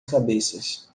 cabeças